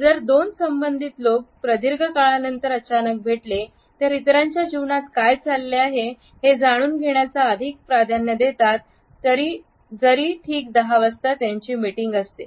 जर दोन संबंधित लोक प्रदीर्घ काळानंतर अचानक भेटले तर इतरांच्या जीवनात काय चालले आहे हे जाणून घेण्याचा अधिक प्राधान्य देतात तरी ठीक दहा वाजता त्यांची मीटिंग असते